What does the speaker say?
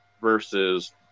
versus